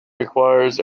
requires